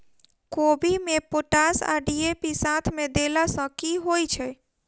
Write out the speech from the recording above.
कोबी मे पोटाश आ डी.ए.पी साथ मे देला सऽ की होइ छै?